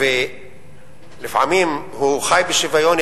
ולפעמים הוא חי בשוויון,